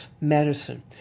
Medicine